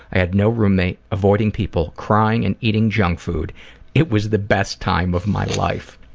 i had no roommate, avoiding people, crying and eating junk food it was the best time of my life.